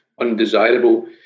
undesirable